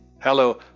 hello